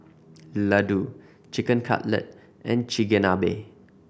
Ladoo Chicken Cutlet and Chigenabe